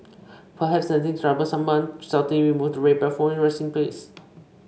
perhaps sensing trouble someone stealthily removes the red bag from its resting place